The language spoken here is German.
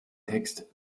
text